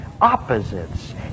opposites